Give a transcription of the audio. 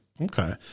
Okay